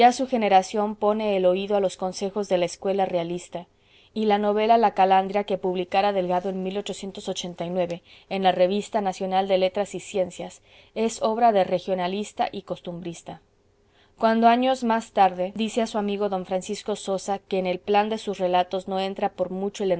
su generación pone el oído a los consejos de la escuela realista y la novela la calandria que publicara delgado en en la revista nacional de letras y ciencias es obra de regionalista y costumbrista cuando años más tarde dice a su amigo don francisco sosa que en el plan de sus relatos no entra por mucho